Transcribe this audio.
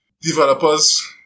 developers